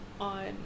on